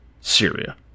Syria